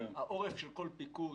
העורף של כל פיקוד,